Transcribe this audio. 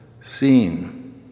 seen